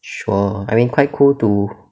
sure I mean quite cool to